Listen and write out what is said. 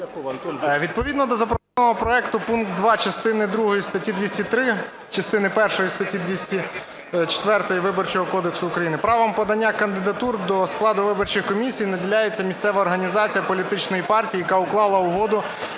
Відповідно до запропонованого проекту пункт 2 частини другої статті 203, частини першої статті 204 Виборчого кодексу України правом подання кандидатур до складу виборчої комісії наділяється місцева організація політичної партії, яка уклала угоду